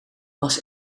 was